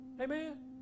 Amen